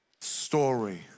story